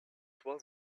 toi